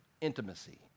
intimacy